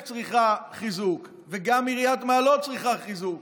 צריכה חיזוק וגם עיריית מעלות צריכה חיזוק,